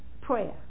prayer